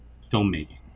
filmmaking